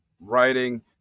writing